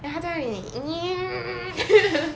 then 他在哪里